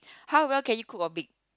how well can you cook or bake